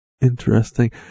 Interesting